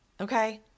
okay